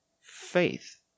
faith